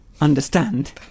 understand